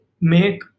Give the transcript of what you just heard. make